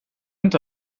inte